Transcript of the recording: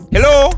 Hello